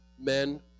men